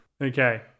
okay